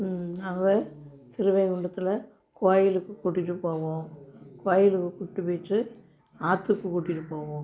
நாங்கள் சிறுவைகுண்டத்தில் கோயிலுக்கு கூட்டிகிட்டு போவோம் கோயிலுக்கு கூப்பிட்டு போயிவிட்டு ஆற்றுக்கு கூட்டிகிட்டு போவோம்